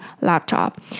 laptop